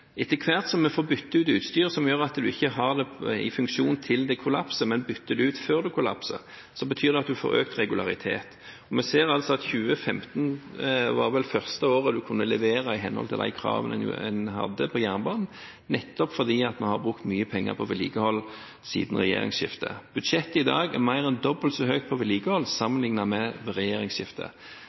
Etter hvert som vi får byttet ut utstyr, som gjør at en ikke har det i funksjon til det kollapser, men bytter det ut før det kollapser, betyr det at en får økt regularitet. Vi ser altså at 2015 var første året en kunne levere i henhold til de kravene en hadde på jernbanen, nettopp fordi vi har brukt mye penger på vedlikehold siden regjeringsskiftet. Budsjettet i dag er mer enn dobbelt så stort på vedlikehold sammenliknet med ved regjeringsskiftet.